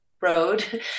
road